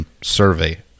survey